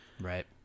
Right